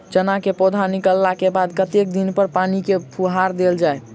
चना केँ पौधा निकलला केँ बाद कत्ते दिन पर पानि केँ फुहार देल जाएँ?